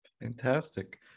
Fantastic